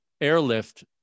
airlift